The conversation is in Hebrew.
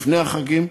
לפני החגים,